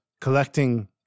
collecting